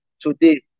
today